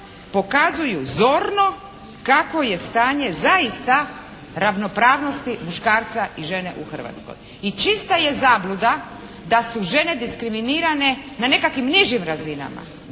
pokazuju zorno kakvo je stanje zaista ravnopravnosti muškarca i žene u Hrvatskoj. I čista je zabluda da su žene diskriminirane na nekakvim nižim razinama.